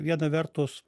viena vertus